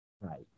Right